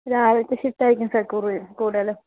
രാവിലത്തെ ഷിഫ്റ്റ് ആയിരിക്കും സർ കൂടുതൽ കൂടുതലും